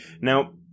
now